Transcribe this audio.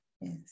Yes